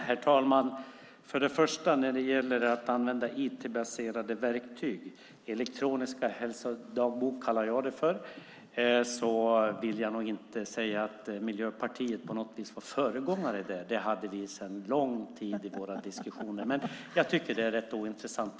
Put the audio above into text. Herr talman! När det gäller att använda IT-baserade verktyg som jag kallar för elektronisk hälsodagbok vill jag nog inte säga att Miljöpartiet på något vis var föregångare där. Det var något som vi sedan lång tid hade med i våra diskussioner. Men jag tycker att det är rätt ointressant.